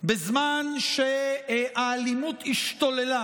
בזמן שהאלימות השתוללה